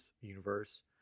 universe